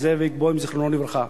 זאביק בוים זיכרונו לברכה,